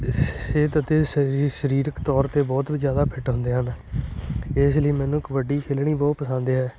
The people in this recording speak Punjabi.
ਸਿਹਤ ਅਤੇ ਸਰੀਰ ਸਰੀਰਕ ਤੌਰ 'ਤੇ ਬਹੁਤ ਜ਼ਿਆਦਾ ਫਿੱਟ ਹੁੰਦੇ ਹਨ ਇਸ ਲਈ ਮੈਨੂੰ ਕਬੱਡੀ ਖੇਡਣੀ ਬਹੁਤ ਪਸੰਦ ਹੈ